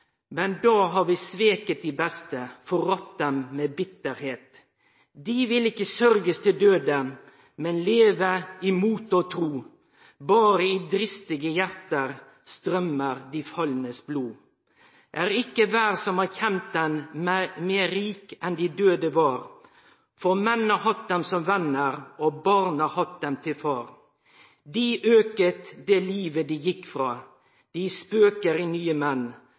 men da har vi sveket de beste, forrådt dem med bitterhet. De vil ikke sørges til døde, men leve i mot og tro. Bare i dristige hjerter strømmer de falnes blod. Er ikke hver som har kjent dem mer rik enn de døde var – for menn har hatt dem som venner og barn har hatt dem til far. De øket det livet de gikk fra. De spøker i nye menn.